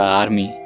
army